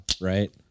right